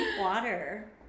Water